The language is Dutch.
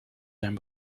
zijn